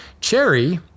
Cherry